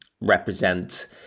represent